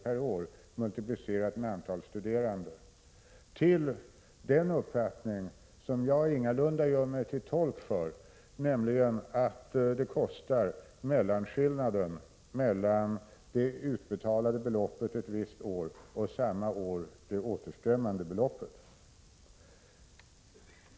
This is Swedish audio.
per år multiplicerat med antalet studerande till den uppfattning — som jag ingalunda gör mig till tolk för — att det kostar mellanskillnaden mellan det utbetalade beloppet ett visst år och det återbetalda beloppet samma år.